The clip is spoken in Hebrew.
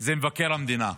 זה מבקר המדינה.